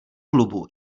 klubu